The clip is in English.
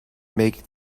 make